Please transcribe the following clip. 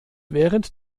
während